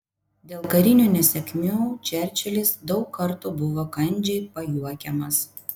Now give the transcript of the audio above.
dėl karinių nesėkmių čerčilis daug kartų buvo kandžiai pajuokiamas